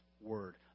word